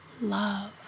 love